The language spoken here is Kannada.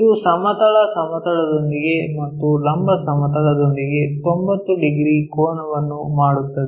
ಇದು ಸಮತಲ ಸಮತಲದೊಂದಿಗೆ ಮತ್ತು ಲಂಬ ಸಮತಲದೊಂದಿಗೆ 90 ಡಿಗ್ರಿ ಕೋನವನ್ನು ಮಾಡುತ್ತದೆ